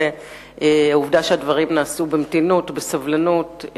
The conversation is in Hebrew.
העובדה שהדברים נעשו במתינות ובסבלנות,